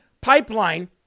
pipeline